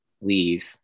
leave